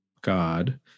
God